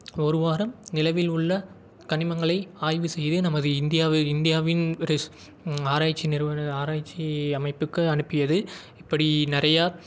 ஒரு வாரம் நிலவில் உள்ள கனிமங்களை ஆய்வு செய்து நமது இந்தியாவில் இந்தியாவின் ஆராய்ச்சி நிறுவனம் ஆராய்ச்சி அமைப்புக்கு அனுப்பியது இப்படி நிறையா